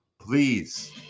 please